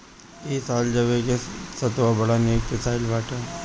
इ साल जवे के सतुआ बड़ा निक पिसाइल बाटे